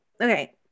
okay